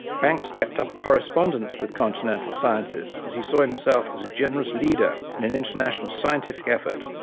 banks kept up a correspondence with continental scientists as he saw himself as a generous leader in an international scientific effort,